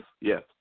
Yes